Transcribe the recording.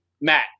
Matt